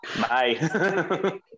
bye